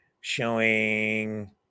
showing